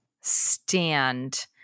stand